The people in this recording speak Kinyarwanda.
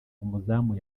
umuzamu